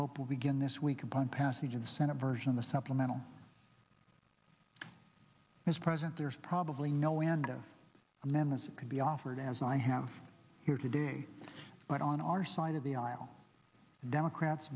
hope will begin this week upon passage of the senate version of the supplemental as president there's probably no end of a menace can be offered as i have here today but on our side of the aisle democrats